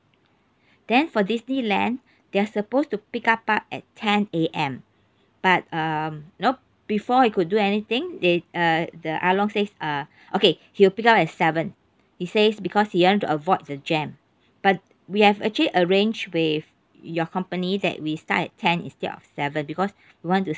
then for disneyland they are supposed to pick up us at ten A_M but um you know before we could do anything they uh the ah loong says uh okay he'll pick us up at seven he says because he want to avoid the jam but we have actually arranged with your company that we start at ten instead of seven because we want to